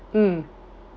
mm